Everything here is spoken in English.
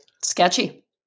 sketchy